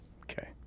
Okay